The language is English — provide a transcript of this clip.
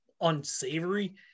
unsavory